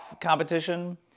competition